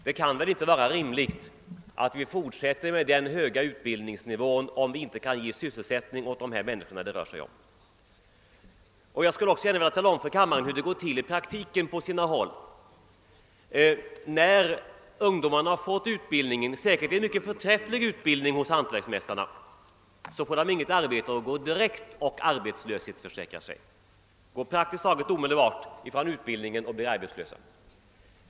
Det kan väl inte vara rimligt att vi fortsätter med den höga utbildningsnivån, om vi sedan inte kan bereda sysselsättning åt dem det rör sig om. Jag skulle för kammarens ledamöter vilja omtala hur det i praktiken på sina håll går till. När ungdomarna har fått sin utbildning hos hantverksmästarna — en säkerligen mycket förträfflig sådan — får de inte något arbete utan går direkt och arbetslöshetsförsäkrar sig. De går praktiskt taget omedelbart från utbildningen och blir arbetslösa.